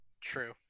True